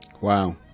Wow